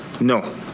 No